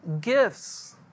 Gifts